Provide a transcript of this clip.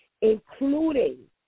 including